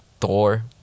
Thor